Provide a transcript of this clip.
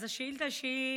אני